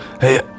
Hey